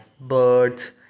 birds